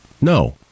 No